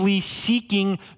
seeking